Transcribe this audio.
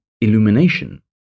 illumination